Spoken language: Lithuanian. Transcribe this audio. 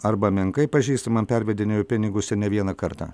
arba menkai pažįstamam pervedinėjo pinigus ir ne vieną kartą